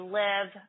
live